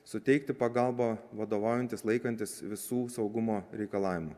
suteikti pagalbą vadovaujantis laikantis visų saugumo reikalavimų